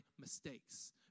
mistakes